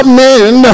men